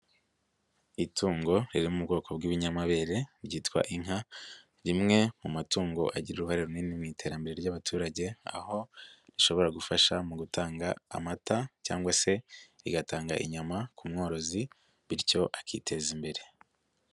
Itungo riri mu bwoko bw'ibinyamabere ryitwa inka, rimwe mu matungo agira uruhare runini mu iterambere ry'abaturage, aho rishobora gufasha mu gutanga amata cyangwa se rigatanga inyama ku mworozi, bityo akiteza imbere.